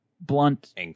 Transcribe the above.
blunt